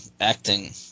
acting